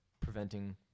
preventing